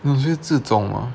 no 是 zi zong 哦